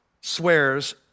swears